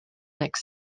next